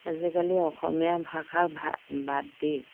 আজিকালি অসমীয়া ভাষা ভাত বাদ দি